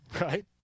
Right